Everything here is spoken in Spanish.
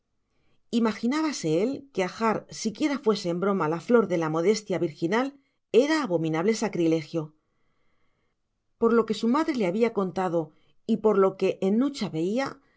imaginábase él que ajar siquiera fuese en broma la flor de la modestia virginal era abominable sacrilegio por lo que su madre le había contado y por lo que en nucha veía